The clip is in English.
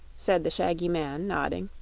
said the shaggy man, nodding.